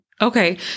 Okay